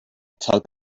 tugged